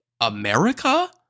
America